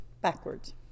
Backwards